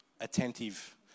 attentive